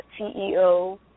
CEO